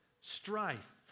strife